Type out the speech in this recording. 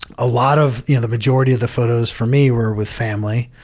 a lot of you know the majority of the photos for me were with family,